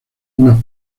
unas